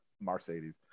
Mercedes